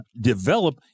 develop